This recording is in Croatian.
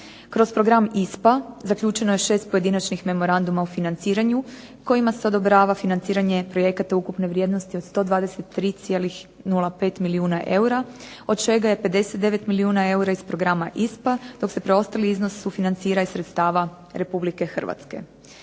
Kroz program ISPA zaključeno je 6 pojedinačnih memoranduma o financiranju, kojima se odobrava financiranje projekata ukupne vrijednosti od 123,05 milijuna eura od čega je 59 milijuna eura iz programa ISPA, dok se preostali iznos sufinancira iz sredstava Republike Hrvatske.